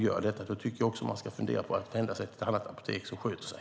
Gör apoteket inte det ska man fundera över att vända sig till ett annat apotek som sköter sig.